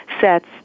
sets